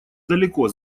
далеко